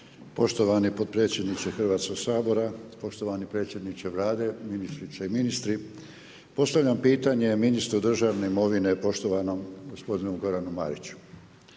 Poštovani potpredsjedniče Hrvatskog sabora, poštovani predsjedniče Vlade, ministrice i ministri. Postavljam pitanje, ministru državne imovine poštovanom gospodinu Goranu Mariću.